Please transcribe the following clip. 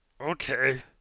okay